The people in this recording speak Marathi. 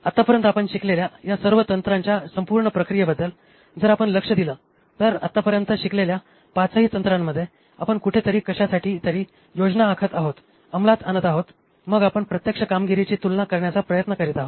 आतापर्यंत आपण शिकलेल्या या सर्व तंत्राच्या संपूर्ण प्रक्रियेबद्दल जर आपण लक्ष दिल तर आत्तापर्यंत शिकलेल्या पाचही तंत्रांमध्ये आपण कुठेतरी कशासाठी तरी योजना आखत आहोत अंमलात आणत आहोत आणि मग आपण प्रत्यक्ष कामगिरीशी तुलना करण्याचा प्रयत्न करीत आहोत